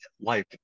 life